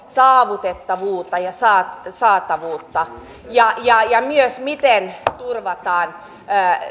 saavutettavuutta ja saatavuutta ja ja myös miten turvataan